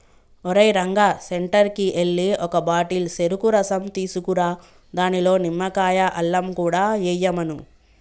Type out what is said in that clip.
ఓరేయ్ రంగా సెంటర్కి ఎల్లి ఒక బాటిల్ సెరుకు రసం తీసుకురా దానిలో నిమ్మకాయ, అల్లం కూడా ఎయ్యమను